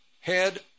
head